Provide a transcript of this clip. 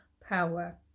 power